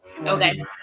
Okay